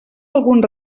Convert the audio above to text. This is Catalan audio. algun